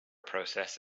process